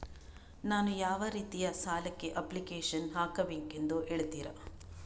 ನಾನು ಯಾವ ರೀತಿ ಸಾಲಕ್ಕೆ ಅಪ್ಲಿಕೇಶನ್ ಹಾಕಬೇಕೆಂದು ಹೇಳ್ತಿರಾ?